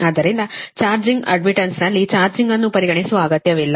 ಆದ್ದರಿಂದ charging admittance' ನಲ್ಲಿ charging ಅನ್ನು ಪರಿಗಣಿಸುವ ಅಗತ್ಯವಿಲ್ಲ